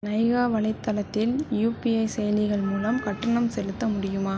நைகா வலைத்தளத்தில் யூபிஐ செயலிகள் மூலம் கட்டணம் செலுத்த முடியுமா